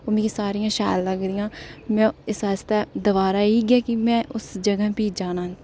ओह् मिगी सारियां शैल लगदियां में इस आस्तै दोबारै इ'यै के में उस जगह प्ही जाना